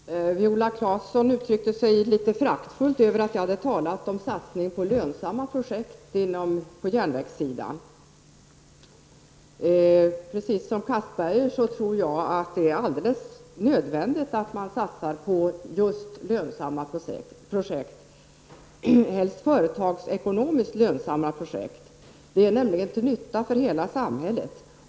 Herr talman! Viola Claesson uttryckte sig litet föraktfullt över att jag hade talat om satsningar på lönsamma projekt inom järnvägen. Precis som Anders Castberger tror jag att det är alldeles nödvändigt att man satsar på just lönsamma projekt, helst företagsekonomiskt lönsamma projekt. Det är till nytta för hela samhället.